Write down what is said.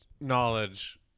knowledge